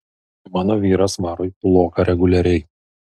mano vyras varo į kūloką reguliariai